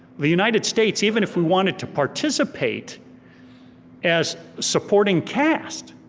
the united states, even if we wanted to participate as supporting cast,